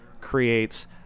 creates